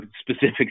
specifics